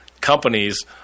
companies